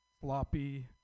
sloppy